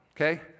okay